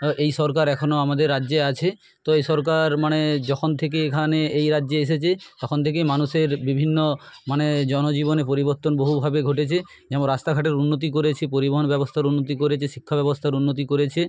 এই সরকার এখনও আমাদের রাজ্যে আছে তো এই সরকার মানে যখন থেকে এখানে এই রাজ্যে এসেছে তখন থেকেই মানুষের বিভিন্ন মানে জনজীবনে পরিবর্তন বহুভাবে ঘটেছে যেমন রাস্তাঘাটের উন্নতি করেছে পরিবহন ব্যবস্থার উন্নতি করেছে শিক্ষা ব্যবস্থার উন্নতি করেছে